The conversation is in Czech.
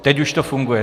Teď už to funguje.